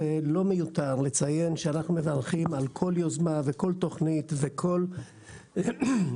ולא מיותר לציין שאנחנו מברכים על כל יוזמה וכל תכנית וכל שותף